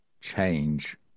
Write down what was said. change